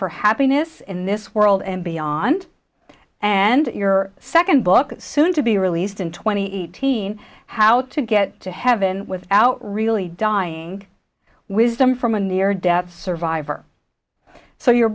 for happiness in this world and beyond and your second book soon to be released in twenty eighteen how to get to heaven without really dying wisdom from a near death of survivor so your